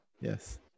yes